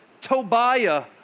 Tobiah